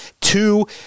two